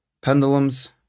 pendulums